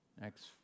Next